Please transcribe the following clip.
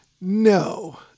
No